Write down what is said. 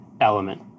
element